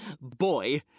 Boy